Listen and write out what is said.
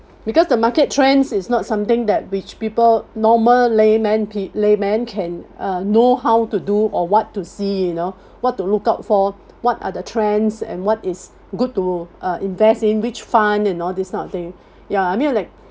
because the market trends is not something that which people normal lay man pe~ lay man can uh know how to do or what to see you know what to look out for what are the trends and what is good to uh invest in which fund and all this kind of thing ya I mean like